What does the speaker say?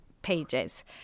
pages